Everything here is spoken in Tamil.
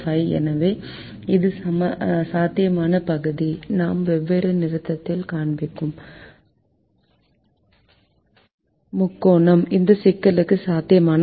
எனவே இது சாத்தியமான பகுதி நாம் வெவ்வேறு நிறத்தில் காண்பிக்கும் முக்கோணம் இந்த சிக்கலுக்கு சாத்தியமான பகுதி